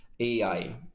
AI